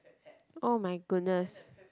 oh my goodness